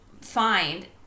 find